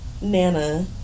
Nana